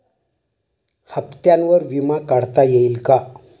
हप्त्यांवर विमा काढता येईल का?